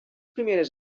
primeres